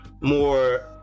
more